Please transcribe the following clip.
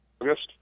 August